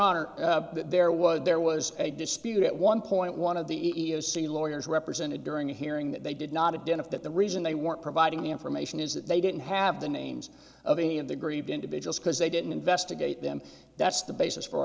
honor there was there was a dispute at one point one of the e e o c lawyers represented during the hearing that they did not a dentist that the reason they weren't providing the information is that they didn't have the names of any of the grieved individuals because they didn't investigate them that's the basis for